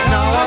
Now